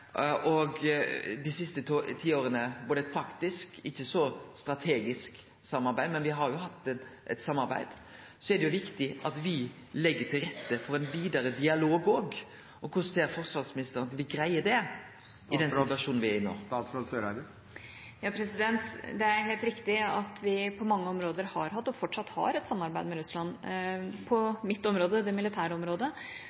dei siste tiåra – eit praktisk, ikkje så strategisk samarbeid, men me har hatt eit samarbeid – er det viktig at me òg legg til rette for ein vidare dialog. Korleis ser forsvarsministeren at me greier det i den situasjonen me er i no? Det er helt riktig at vi på mange områder har hatt, og fortsatt har, et samarbeid med Russland.